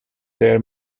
their